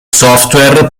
software